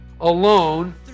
alone